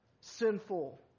sinful